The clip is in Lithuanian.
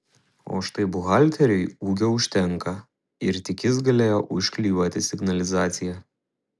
o štai buhalteriui ūgio užtenka ir tik jis galėjo užklijuoti signalizaciją